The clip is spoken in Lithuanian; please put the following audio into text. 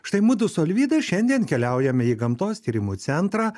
štai mudu su alvyda šiandien keliaujame į gamtos tyrimų centrą